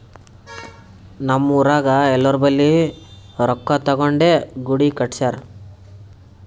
ನಮ್ ಊರಾಗ್ ಎಲ್ಲೋರ್ ಬಲ್ಲಿ ರೊಕ್ಕಾ ತಗೊಂಡೇ ಗುಡಿ ಕಟ್ಸ್ಯಾರ್